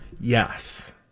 yes